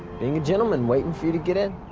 being a gentleman. waiting for you to get in.